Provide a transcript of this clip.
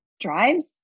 drives